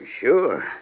Sure